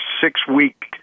six-week